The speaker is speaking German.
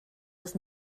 das